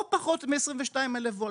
או פחות מ-22,000 ולט?